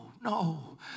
No